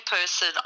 person